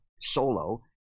solo